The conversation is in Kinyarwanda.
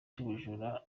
cy’ubujura